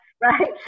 right